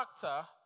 character